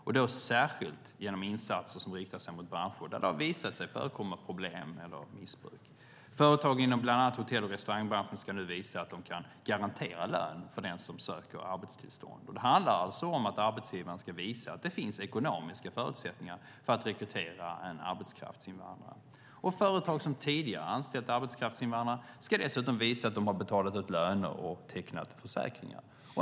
Det gäller särskilt insatser som riktar sig mot branscher där det har visat sig förekomma problem eller missbruk. Företag inom bland annat hotell och restaurangbranschen ska nu visa att de kan garantera lön för den som söker arbetstillstånd. Arbetsgivaren ska alltså visa att det finns ekonomiska förutsättningar för att rekrytera en arbetskraftsinvandrare. Företag som tidigare har anställt arbetskraftsinvandrare ska dessutom visa att de har betalat ut löner och tecknat försäkringar.